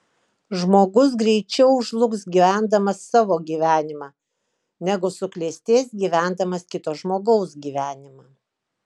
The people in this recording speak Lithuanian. žmogus greičiau žlugs gyvendamas savo gyvenimą negu suklestės gyvendamas kito žmogaus gyvenimą